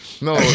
No